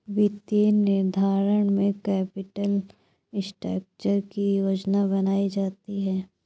वित्तीय निर्धारण में कैपिटल स्ट्रक्चर की योजना बनायीं जाती है